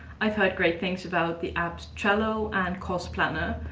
i've heard great things about the apps trello and cosplanner,